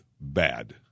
bad